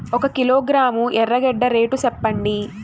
ఒక కిలోగ్రాము ఎర్రగడ్డ రేటు సెప్పండి?